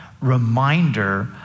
reminder